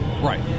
Right